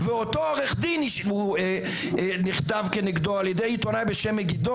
ואותו עו"ד נכתב כנגדו על ידי עיתונאי בשם מגידו